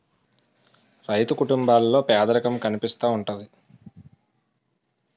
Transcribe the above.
రైతు కుటుంబాల్లో పేదరికం కనిపిస్తా ఉంటది